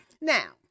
Now